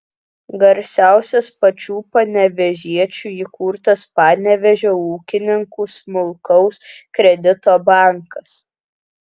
garsiausias pačių panevėžiečių įkurtas panevėžio ūkininkų smulkaus kredito bankas